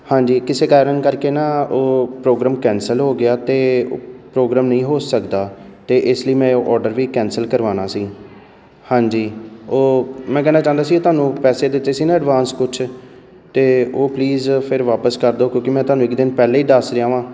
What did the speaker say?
ਹਾਂਜੀ ਕਿਸੇ ਕਾਰਨ ਕਰਕੇ ਨਾ ਉਹ ਪ੍ਰੋਗਰਾਮ ਕੈਂਸਲ ਹੋ ਗਿਆ ਅਤੇ ਪ੍ਰੋਗਰਾਮ ਨਹੀਂ ਹੋ ਸਕਦਾ ਅਤੇ ਇਸ ਲਈ ਮੈਂ ਉਹ ਔਡਰ ਵੀ ਕੈਂਸਲ ਕਰਵਾਉਣਾ ਸੀ ਹਾਂਜੀ ਉਹ ਮੈਂ ਕਹਿਣਾ ਚਾਹੁੰਦਾ ਸੀ ਉਹ ਤੁਹਾਨੂੰ ਪੈਸੇ ਦਿੱਤੇ ਸੀ ਨਾ ਐਡਵਾਂਸ ਕੁਛ ਤਾਂ ਉਹ ਪਲੀਜ਼ ਫਿਰ ਵਾਪਸ ਕਰ ਦਿਓ ਕਿਉਂਕਿ ਮੈਂ ਤੁਹਾਨੂੰ ਇੱਕ ਦਿਨ ਪਹਿਲਾਂ ਹੀ ਦੱਸ ਰਿਹਾ ਹਾਂ